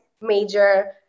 major